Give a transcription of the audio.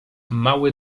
mały